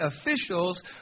officials